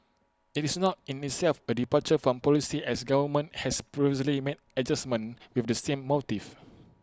IT is not in itself A departure from policy as government has previously made adjustments with the same motive